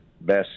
best